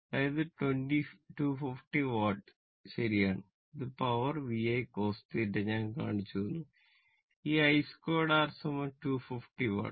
അതായത് 250 വാട്ട് ശരിയാണ് ഇത് പവർ VI cos θ ഞാൻ കാണിച്ചുതന്നു ഈ I 2 R 250 വാട്ട്